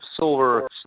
silver